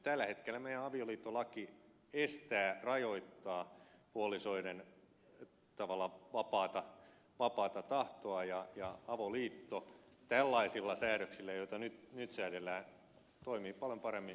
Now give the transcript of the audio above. tällä hetkellä meidän avioliittolakimme estää rajoittaa puolisoiden tavallaan vapaata tahtoa ja avoliitto tällaisilla säädöksillä joita nyt säädellään toimii paljon paremmin monessa tilanteessa